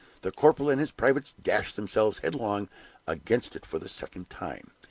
the corporal and his privates dashed themselves headlong against it for the second time,